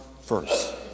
first